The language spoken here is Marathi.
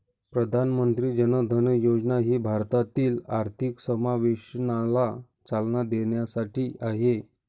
प्रधानमंत्री जन धन योजना ही भारतातील आर्थिक समावेशनाला चालना देण्यासाठी आहे